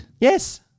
Yes